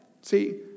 See